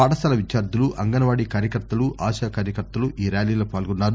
పాఠశాల విద్యార్టులు అంగన్వాడీ కార్యకర్తలు ఆశా కార్యకర్తలు ఈ ర్యాలీలో పాల్గొన్నారు